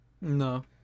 No